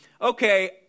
okay